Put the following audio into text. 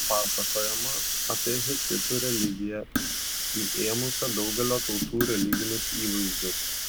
pasakojama apie hetitų religiją įėmusią daugelio tautų religinius įvaizdžius